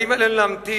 האם עלינו להמתין,